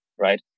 right